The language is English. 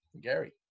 Gary